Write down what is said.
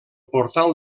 portal